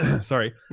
sorry